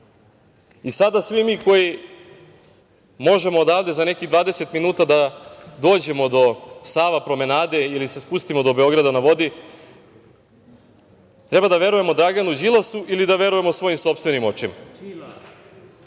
svi mi koji možemo odavde za nekih 20 minuta da dođemo do Sava promenade ili se spustimo do „Beograda na vodi“ treba da verujemo Draganu Đilasu ili da verujemo svojim sopstvenim očima? Vi